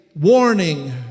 warning